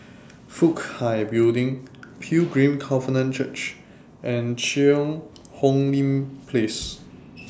Fook Hai Building Pilgrim Covenant Church and Cheang Hong Lim Place